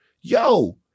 yo